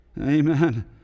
Amen